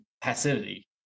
passivity